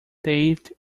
david